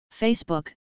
Facebook